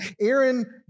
Aaron